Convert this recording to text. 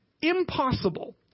impossible